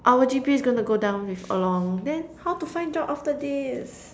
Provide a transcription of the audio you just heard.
our G_P_A is gonna go down with along then how to find job after this